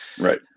Right